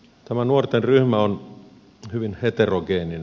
tämä nuorten ryhmä on hyvin heterogeeninen